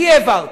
אני העברתי,